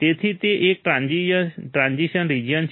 તેથી તે એક ટ્રાન્ઝિશન રીજીયન છે